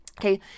Okay